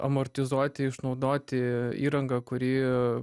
amortizuoti išnaudoti įrangą kuri